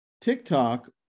TikTok